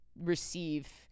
receive